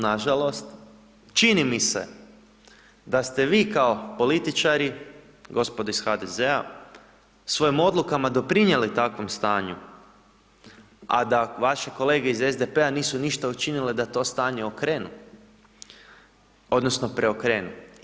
Nažalost, nažalost, čini mi se da ste vi kao političari, gospodo iz HDZ-a, svojim odlukama doprinijeli takvom stanju, a da vaše kolege iz SDP-a, nisu ništa učinile da to stanje okrenu, odnosno preokrenu.